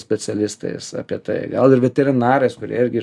specialistais apie tai gal ir veterinarais kurie irgi